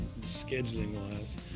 scheduling-wise